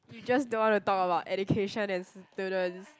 you just don't wanna talk about education and students